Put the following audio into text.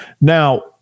Now